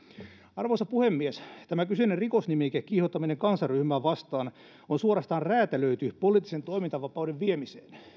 arvoisa puhemies tämä kyseinen rikosnimike kiihottaminen kansanryhmää vastaan on suorastaan räätälöity poliittisen toimintavapauden viemiseen